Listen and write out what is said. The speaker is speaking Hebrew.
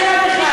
אתה לא דואג להם.